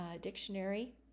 dictionary